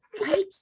Right